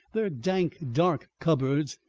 their dank, dark cupboards,